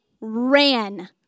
ran